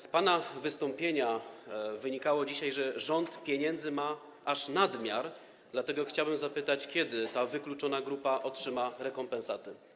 Z pana wystąpienia wynikało dzisiaj, że rząd pieniędzy ma aż nadmiar, dlatego chciałbym zapytać, kiedy ta wykluczona grupa otrzyma rekompensaty.